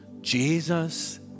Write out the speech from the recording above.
Jesus